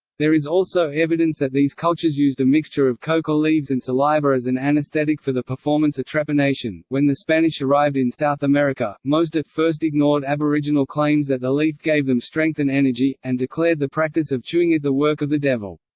there is also evidence that these cultures used a mixture of coca leaves and saliva as an anesthetic for the performance of trepanation when the spanish arrived in south america, most at first ignored aboriginal claims that the leaf gave them strength and energy, and declared the practice of chewing it the work of the devil.